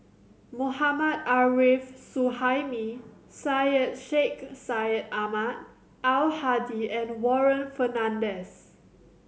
Mohammad Arif Suhaimi Syed Sheikh Syed Ahmad Al Hadi and Warren Fernandez